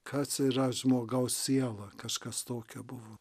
kas yra žmogaus siela kažkas tokio buvo